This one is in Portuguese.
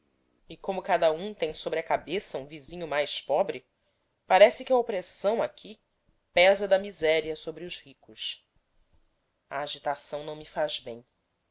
e como cada um tem sobre a cabeça um vizinho mais pobre parece que a opressão aqui pesa da miséria sobre os ricos a agitação não me faz bem